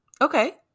Okay